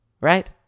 right